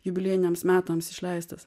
jubiliejiniams metams išleistas